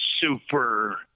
super